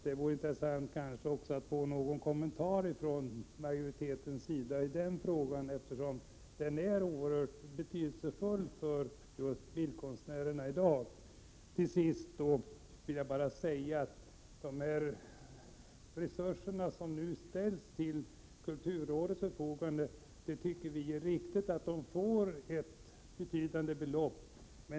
Det vore kanske intressant att få någon kommentar från majoriteten också i den frågan, eftersom den är oerhört betydelsefull just för bildkonstnärerna i dag. Till sist vill jag bara säga om de resurser som nu ställs till kulturrådets förfogande att vi tycker det är riktigt att kulturrådet får ett betydande belopp.